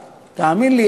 בעיני,